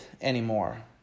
anymore